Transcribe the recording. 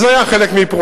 כי זה היה חלק מפרויקט,